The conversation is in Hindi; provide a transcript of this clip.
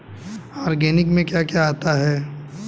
ऑर्गेनिक में क्या क्या आता है?